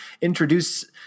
introduce